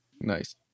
Nice